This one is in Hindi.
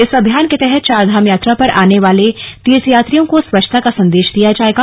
इस अभियान के तहत चारधाम यात्रा पर आने वाले तीर्थयात्रियों को स्वच्छता का संदेश दिया जाएगा